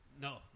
No